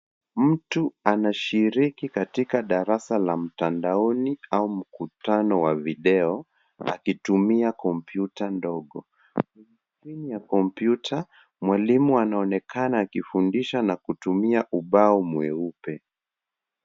Mtu anashiriki katika darasa la mtandaoni au mkutano wa video akitumia kompyuta ndogo. Kwenye skrini ya kompyuta, mwalimu anaonekana akifundisha na kutumia ubao mweupe.